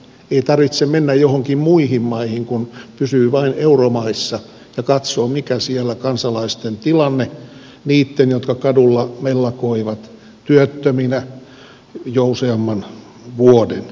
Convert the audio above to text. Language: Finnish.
ei tarvitse mennä muihin maihin kun pysyy vain euromaissa ja katsoo mikä siellä on kansalaisten tilanne niitten jotka kadulla mellakoivat työttöminä jo useamman vuoden olleina